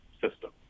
system